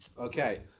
Okay